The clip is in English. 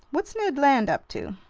what's ned land up to?